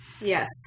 Yes